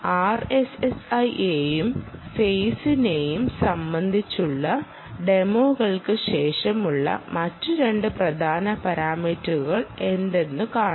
ആർഎസ്എസ്ഐയെയും ഫെസിനേയും സംബന്ധിച്ചുള്ള ടെമോൾക്ക് ശേഷമുള്ള മറ്റ് 2 പ്രധാന പാരാമീറ്ററുകൾ എന്തെന്നു കാണാം